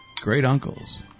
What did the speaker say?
great-uncles